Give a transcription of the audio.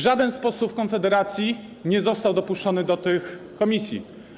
Żaden z posłów Konfederacji nie został dopuszczony do tych komisji.